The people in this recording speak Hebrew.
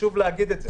חשוב להגיד את זה.